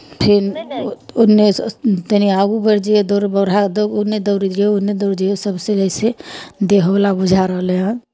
फेन ओन्नेसँ पहिने आगू बढ़ि जइयै दौड़ बढ़ा ओन्ने दौड़य जइयौ ओन्ने दौड़य जइयौ सभसँ जइसे देह हौला बुझा रहलै हइ